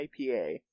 ipa